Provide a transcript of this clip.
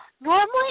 Normally